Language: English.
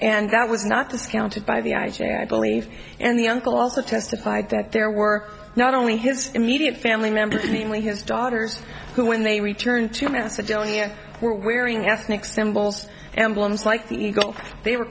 and that was not discounted by the i g i believe and the uncle also testified that there were not only his immediate family members namely his daughters who when they returned to macedonia were wearing ethnic symbols emblems like the eagle they were